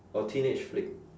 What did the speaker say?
or teenage flick